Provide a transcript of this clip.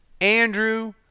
Andrew